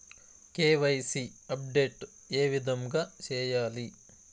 KYC update ఏ విధంగా సేయాలి?